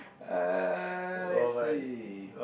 uh let's see